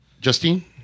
Justine